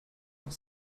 auch